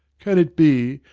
can it be,